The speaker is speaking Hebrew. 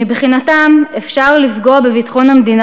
מבחינתם אפשר לפגוע בביטחון המדינה